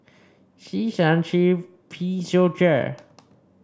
C seven three P zero J